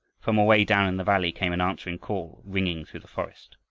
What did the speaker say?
from away down in the valley came an answering call, ringing through the forest.